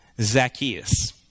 Zacchaeus